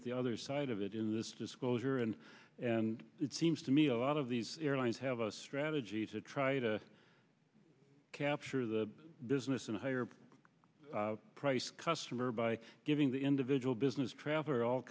at the other side of it in this disclosure and and it seems to me a lot of these airlines have a strategy to try to capture the business in a higher price customer by giving the individual business traveler all